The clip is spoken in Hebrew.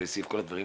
כל הדברים.